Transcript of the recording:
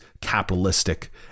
capitalistic